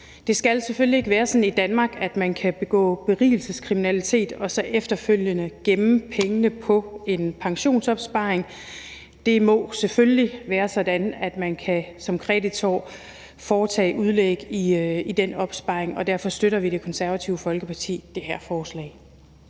Det skal selvfølgelig ikke være sådan i Danmark, at man kan begå berigelseskriminalitet og efterfølgende gemme pengene i en pensionsopsparing. Det må selvfølgelig være sådan, at man som kreditor kan foretage udlæg i den opsparing, og derfor støtter vi i Det Konservative Folkeparti det her forslag.